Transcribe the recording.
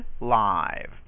live